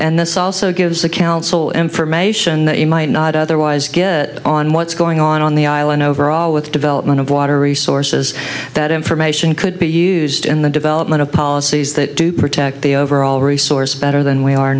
and this also gives the council information that you might not otherwise get on what's going on on the island overall with development of water resources that information could be used in the development of policies that do protect the overall resource better than we are